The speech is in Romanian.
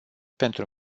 pentru